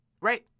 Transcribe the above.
right